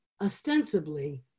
ostensibly